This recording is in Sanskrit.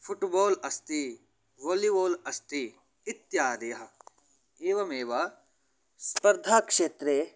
फ़ुट्बाल् अस्ति वलिवाल् अस्ति इत्यादयः एवमेव स्पर्धाक्षेत्रे